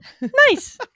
nice